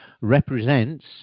represents